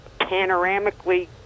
panoramically